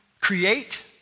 create